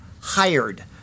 hired